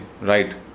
right